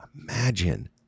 imagine